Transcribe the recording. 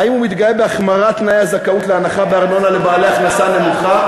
האם הוא מתגאה בהחמרת תנאי הזכאות להנחה בארנונה לבעלי הכנסה נמוכה?